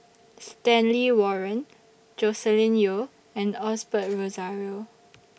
Stanley Warren Joscelin Yeo and Osbert Rozario